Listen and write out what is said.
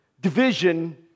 division